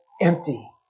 empty